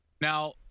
Now